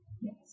Yes